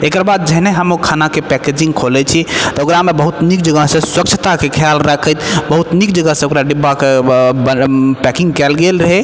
एकर बाद जहने हम ओ खानाके पैकेजिंग खोलय छी तऽ ओकरामे बहुत नीक जकाँ से स्वच्छताके ख्याल राखैत बहुत नीक जकाँ से ओकर डिब्बाके पैकिंग कयल गेल रहय